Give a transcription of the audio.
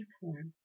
forms